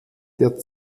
der